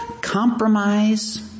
Compromise